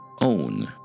own